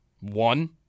One